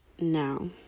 Now